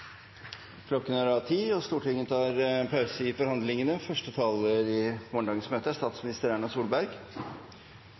Klokken er da blitt 22, og Stortinget tar pause i forhandlingene. Første taler i morgendagens møte er